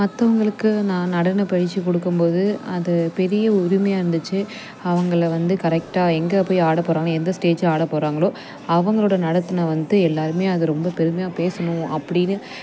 மற்றவங்களுக்கு நான் நடனப்பயிற்சி கொடுக்கும் போது அது பெரிய உரிமையாக இருந்துச்சு அவங்கள வந்து கரெக்டாக எங்கே போய் ஆடப் போகிறாங்க எந்த ஸ்டேஜ் ஆடப் போகிறாங்களோ அவங்களோட நடனத்தை வந்து எல்லாரும் அது ரொம்ப பெருமையாக பேசணும் அப்படின்னு